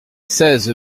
seize